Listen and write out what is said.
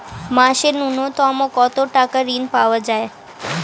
মাসে নূন্যতম কত টাকা ঋণ পাওয়া য়ায়?